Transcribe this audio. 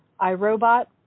iRobot